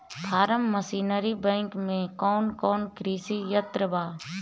Form machinery bank में कौन कौन कृषि यंत्र बा?